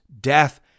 death